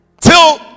Till